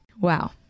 Wow